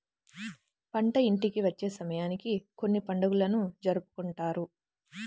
పంట ఇంటికి వచ్చే సమయానికి కొన్ని పండుగలను జరుపుకుంటారు